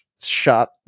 shot